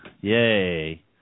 yay